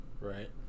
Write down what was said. Right